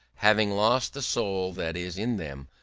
having lost the soul that is in them,